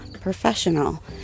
professional